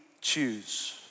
choose